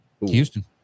Houston